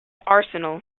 arsenal